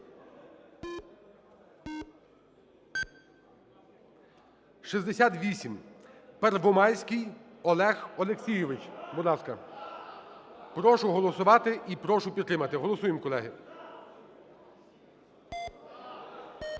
За-68 Первомайський Олег Олексійович. Будь ласка, прошу голосувати і прошу підтримати. Голосуємо, колеги.